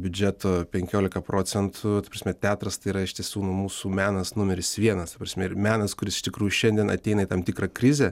biudžeto penkiolika procentų ta prasme teatras tai yra iš tiesų nu mūsų menas numeris vienas ta prasme ir menas kuris iš tikrųjų šiandien ateina į tam tikrą krizę